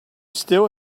still